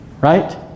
right